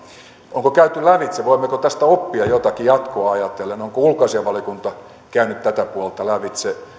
onko käyty lävitse voimmeko tästä oppia jotakin jatkoa ajatellen onko ulkoasiainvaliokunta käynyt tätä puolta lävitse